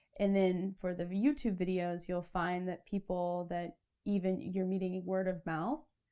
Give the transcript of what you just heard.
and then for the youtube videos, you'll find that people that even, you're meeting word of mouth,